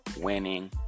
winning